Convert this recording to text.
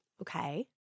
Okay